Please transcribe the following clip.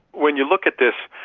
when you look at this,